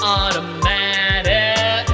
automatic